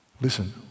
Listen